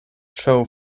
show